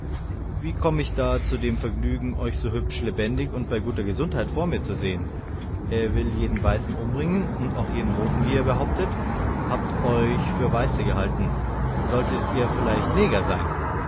wie komme ich da zu dem vergnügen euch so hübsch lebendig und bei guter gesundheit vor mir zu sehen er will jeden weißen umbringen und auch jeden roten wie ihr behauptet habe euch auch für weiße gehalten solltet ihr vielleicht neger sein